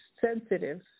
sensitive